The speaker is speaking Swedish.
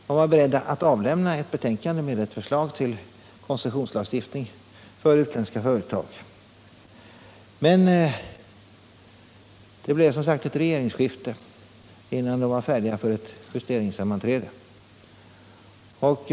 Den var beredd att avlämna ett betänkande med förslag till koncessionslagstiftning för utländska företag. Men det blev, som sagt, ett regeringsskifte innan utredningen var färdig för ett justeringssammanträde.